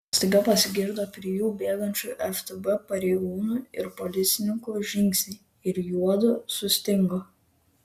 staiga pasigirdo prie jų bėgančių ftb pareigūnų ir policininkų žingsniai ir juodu sustingo